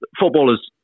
Footballers